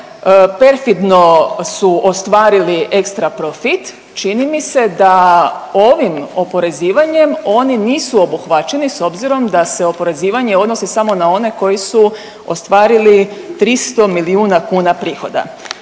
perfidno su ostvarili ekstraprofit, čini mi se da ovim oporezivanjem oni nisu obuhvaćeni s obzirom da se oporezivanje odnosi samo na one koji su ostvarili 300 milijuna kuna prihoda.